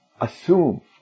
assume